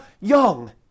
young